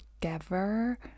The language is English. together